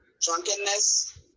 drunkenness